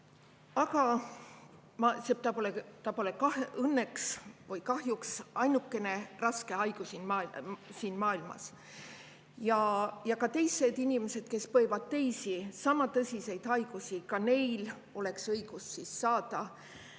Aga see pole õnneks või kahjuks ainukene raske haigus siin maailmas. Ka teistel inimestel, kes põevad teisi sama tõsiseid haigusi, [peaks] olema õigus [osta]